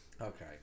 Okay